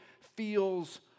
feels